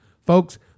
Folks